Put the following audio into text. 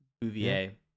Bouvier